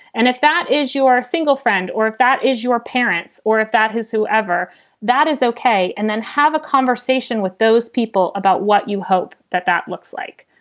and if that is your single friend or if that is your parents or if that. whoever that is. ok. and then have a conversation with those people about what you hope that that looks like.